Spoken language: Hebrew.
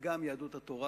וגם יהדות התורה